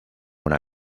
una